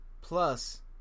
plus